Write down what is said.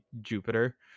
jupiter